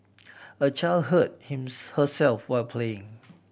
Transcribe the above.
a child hurt him herself while playing